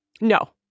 No